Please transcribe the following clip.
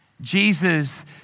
Jesus